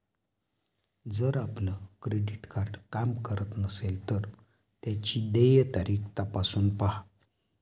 जर आपलं credit card काम करत नसेल तर त्याची देय तारीख तपासून पाहा